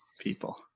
people